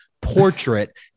portrait